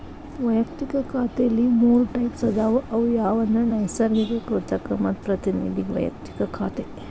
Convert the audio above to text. ವಯಕ್ತಿಕ ಖಾತೆಲಿ ಮೂರ್ ಟೈಪ್ಸ್ ಅದಾವ ಅವು ಯಾವಂದ್ರ ನೈಸರ್ಗಿಕ, ಕೃತಕ ಮತ್ತ ಪ್ರತಿನಿಧಿ ವೈಯಕ್ತಿಕ ಖಾತೆ